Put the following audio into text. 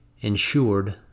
insured